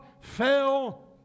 fell